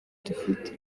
dufite